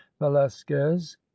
velasquez